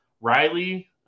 Riley